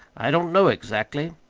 i don't know exactly.